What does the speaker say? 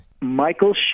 Michael